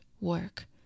work